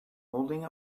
holding